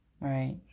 right